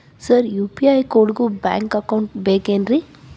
Sir UPI ಕೋಡಿಗೂ bank account ಬೇಕೆನ್ರಿ?